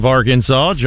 Arkansas